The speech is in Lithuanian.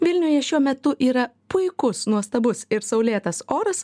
vilniuje šiuo metu yra puikus nuostabus ir saulėtas oras